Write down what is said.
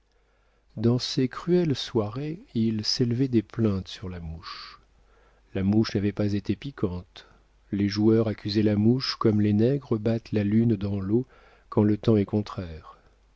dans ces cruelles soirées il s'élevait des plaintes sur la mouche la mouche n'avait pas été piquante les joueurs accusaient la mouche comme les nègres battent la lune dans l'eau quand le temps est contraire